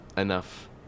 Enough